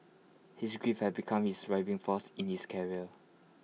his grief have become his driving force in his career